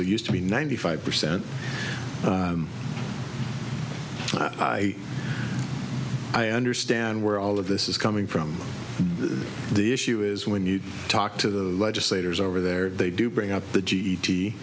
it used to be ninety five percent i understand where all of this is coming from the issue is when you talk to the legislators over there they do bring up the